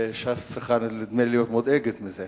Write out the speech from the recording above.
וש"ס צריכה, נדמה לי, להיות מודאגת מזה.